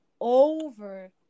over